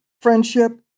friendship